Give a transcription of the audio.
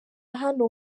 hano